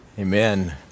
Amen